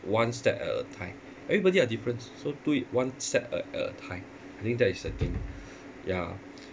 one step at a time everybody are different so do it one step at a time I think that is the thing ya